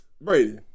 Brady